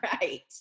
Right